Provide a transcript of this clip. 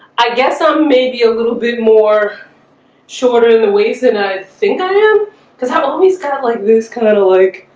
i guess i'm maybe a little bit more shorter than the weaves and i think i am because how always that like this kind of like